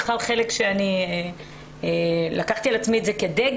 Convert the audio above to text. בכלל חלק שאני לקחתי על עצמי את זה כדגל.